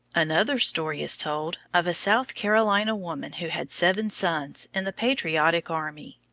another story is told of a south carolina woman who had seven sons in the patriotic army.